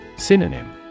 Synonym